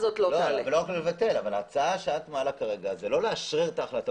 אבל ההצעה שאת מעלה היא לא לבטל את ההחלטה